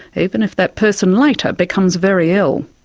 even if that person later becomes very ill.